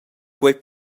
quei